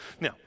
Now